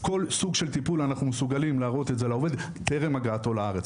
כל סוג של טיפול אנחנו מסוגלים להראות זאת לעובד טרם ההגעה שלו לארץ.